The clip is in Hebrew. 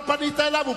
אני לא פניתי אליו.